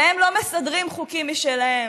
להם לא מסדרים חוקים משלהם,